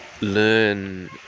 learn